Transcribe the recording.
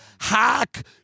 hack